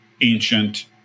ancient